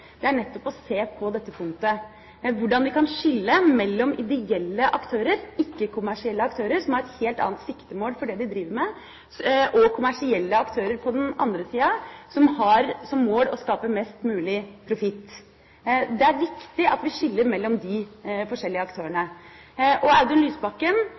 i, er nettopp å se på dette punktet: hvordan vi kan skille mellom ideelle aktører, ikke-kommersielle aktører som har et helt annet siktemål for det de driver med, og kommersielle aktører på den andre siden, som har som mål å skape mest mulig profitt. Det er viktig at vi skiller mellom de forskjellige aktørene. Det som står øverst på Audun